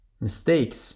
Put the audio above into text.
mistakes